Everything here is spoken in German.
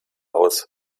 aus